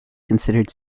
considered